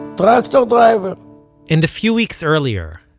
but ah so driver and a few weeks earlier,